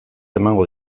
emango